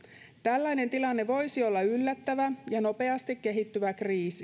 tällainen tilanne voisi olla yllättävä ja nopeasti kehittyvä kriisi valmiuslain seitsemännen pykälän soveltamiskynnys